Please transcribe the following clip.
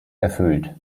erfüllt